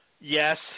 Yes